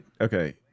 okay